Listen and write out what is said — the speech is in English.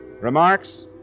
Remarks